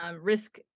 risk